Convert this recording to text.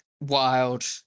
wild